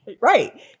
Right